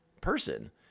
person